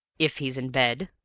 if he's in bed.